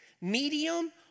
medium